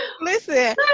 Listen